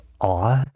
awe